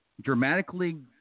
dramatically